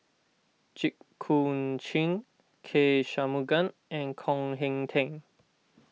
Jit Koon Ch'ng K Shanmugam and Koh Hong Teng